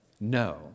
No